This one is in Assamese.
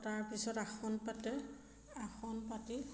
তাৰপিছত আসন পাতে আসন পাতি